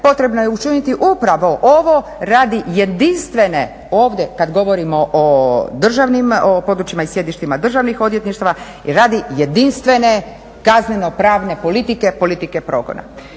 potrebno je učiniti upravo ovo radi jedinstvene ovdje kad govorimo o državnim, o područjima i sjedištima državnih odvjetništava radi jedinstvene kazneno-pravne politike, politike progona.